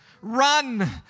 run